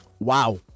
Wow